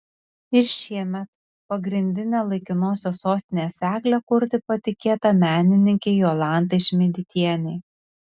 ir šiemet pagrindinę laikinosios sostinės eglę kurti patikėta menininkei jolantai šmidtienei